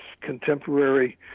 contemporary